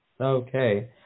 Okay